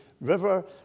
river